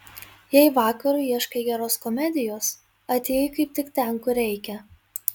jei vakarui ieškai geros komedijos atėjai kaip tik ten kur reikia